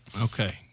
Okay